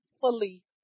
fully